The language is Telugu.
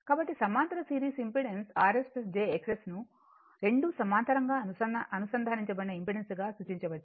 కాబట్టి సమాంతర సిరీస్ ఇంపెడెన్స్ Rs jXS ను 2 సమాంతరంగా అనుసంధానించబడిన ఇంపెడెన్స్ గా సూచించవచ్చు